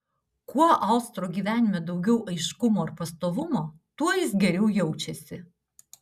kuo austro gyvenime daugiau aiškumo ir pastovumo tuo jis geriau jaučiasi